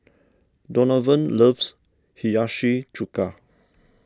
Donavon loves Hiyashi Chuka